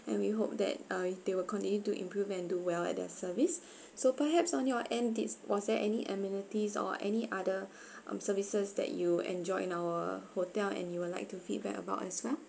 and we hope that uh they will continue to improve and do well at their service so perhaps on your end dates was there any amenities or any other um services that you enjoy in our hotel and you would like to feedback about as well